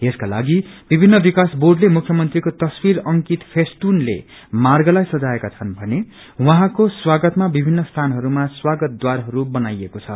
यसका लागि विभिन्न विकास र्बोडले मुख्य मंत्रीको तस्वीर अंकित फेष्टुन ले मागलाई सजाएका छनृ भर्ने उहाँको स्वागतमा विभिन्न स्थानहरूमा स्वागत द्वारहरू बनाइएको छ